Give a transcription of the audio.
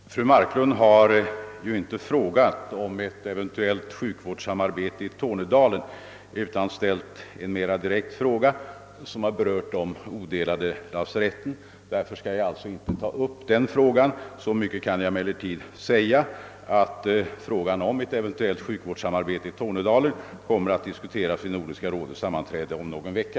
Herr talman! Fru Marklund har inte frågat om ett eventuellt sjukvårdssamarbete i Tornedalen, utan ställt en mera direkt fråga som rör de odelade lasaretten. Jag ämnar alltså inte ta upp den förstnämnda frågan. Så mycket kan jag emellertid säga att frågan om ett eventuellt sjukvårdssamarbete i Tornedalen kommer att diskuteras vid Nordiska rådets sammanträde om någon vecka.